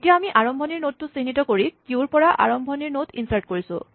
এতিয়া আমি আৰম্ভণিৰ নডটো চিহ্নিত কৰি কিউৰ পৰা আৰম্ভণিৰ নড ইনৰ্ছাট কৰিছোঁ